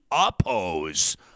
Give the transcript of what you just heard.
oppose